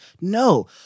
No